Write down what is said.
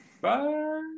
Bye